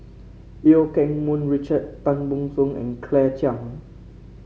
Eu Keng Mun Richard Tan Ban Soon and Claire Chiang